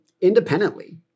independently